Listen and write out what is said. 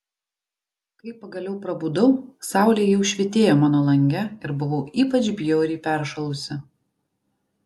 kai pagaliau prabudau saulė jau švytėjo mano lange ir buvau ypač bjauriai peršalusi